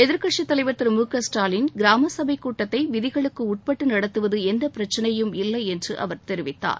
எதிர்க்கட்சித் தலைவர் திரு மு க ஸ்டாலின் கிராம சபை கூட்டத்தை விதிகளுக்கு உட்பட்டு நடத்துவது எந்த பிரச்சினையும் இல்லை என்று அவர் தெரிவித்தார்